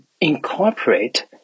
incorporate